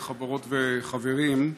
חברות וחברים,